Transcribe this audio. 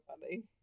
funny